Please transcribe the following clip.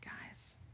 guys